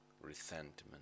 resentment